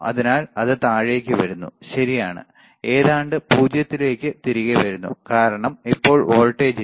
അതിനാൽ അത് താഴേക്ക് വരുന്നു ശരിയാണ് ഏതാണ്ട് 0 ലേക്ക് തിരികെ വരുന്നു കാരണം ഇപ്പോൾ വോൾട്ടേജ് ഇല്ല